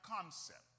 concept